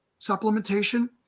supplementation